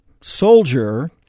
soldier